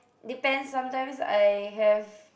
depends sometimes I have